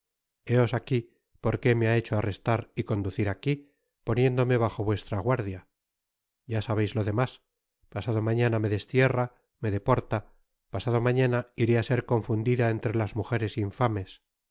héos aqui porque me ha hecho arrestar y conducir aqui poniéndome bajo vuestra guardia ya sabeis lo demás pasado mañana me deslierra me deporta pasado mañana iré á ser confundida entre las mujeres infames